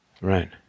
Right